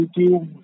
YouTube